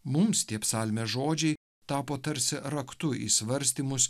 mums tie psalmės žodžiai tapo tarsi raktu į svarstymus